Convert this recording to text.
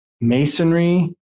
masonry